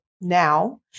now